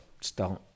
start